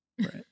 right